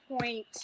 point